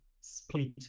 split